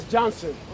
Johnson